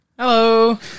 hello